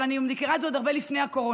אבל אני מכירה את זה עוד הרבה לפני הקורונה.